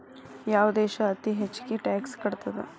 ಯಾವ್ ದೇಶ್ ಅತೇ ಹೆಚ್ಗೇ ಟ್ಯಾಕ್ಸ್ ಕಟ್ತದ?